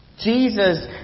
Jesus